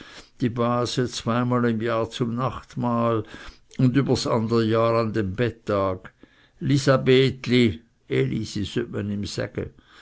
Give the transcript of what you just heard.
die base zweimal im jahr zum nachtmahl und übers ander jahr an dem bettag lisabethli